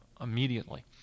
immediately